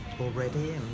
already